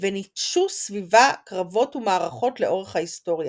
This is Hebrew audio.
וניטשו סביבה קרבות ומערכות לאורך ההיסטוריה.